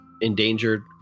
endangered